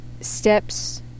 steps